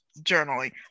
journaling